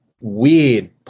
weird